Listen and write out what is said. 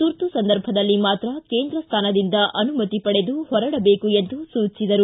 ತುರ್ತು ಸಂದರ್ಭದಲ್ಲಿ ಮಾತ್ರ ಕೇಂದ್ರ ಸ್ಥಾನದಿಂದ ಅನುಮತಿ ಪಡೆದು ಹೊರಡಬೇಕು ಎಂದು ಸೂಚಿಸಿದರು